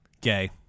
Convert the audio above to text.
Gay